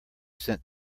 sent